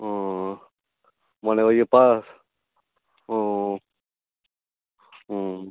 ও মানে ওই যে পাস ও হুম